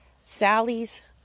Sally's